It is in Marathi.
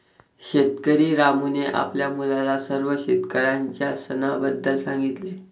शेतकरी रामूने आपल्या मुलाला सर्व शेतकऱ्यांच्या सणाबद्दल सांगितले